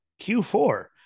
Q4